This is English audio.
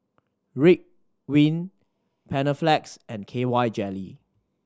Ridwind Panaflex and K Y Jelly